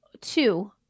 two